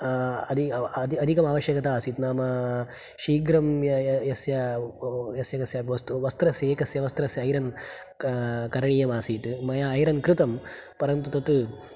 अदि अधिकमावश्यकता आसीत् नाम शीघ्रं यस्य यस्य कस्य वस् वस्त्रस्य एकस्य वस्त्रस्य ऐरन् क करणीयमासीत् मया ऐरन् कृतं परन्तु तत्